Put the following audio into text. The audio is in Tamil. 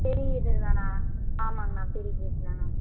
பெரிய இது தாண்ணா ஆமாங்கணா பெரிய கேட்டு தாண்ணா